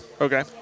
Okay